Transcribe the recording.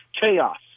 chaos